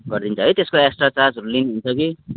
गरिदिन्छ है त्यसको एक्स्ट्रा चार्जहरू लिनुहुन्छ कि